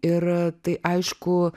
ir tai aišku